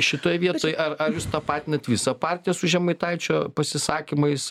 šitoj vietoj ar ar jūs tapatinat visą partiją su žemaitaičio pasisakymais